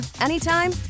anytime